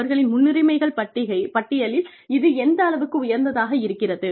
அவர்களின் முன்னுரிமைகள் பட்டியலில் இது எந்த அளவுக்கு உயர்ந்ததாக இருக்கிறது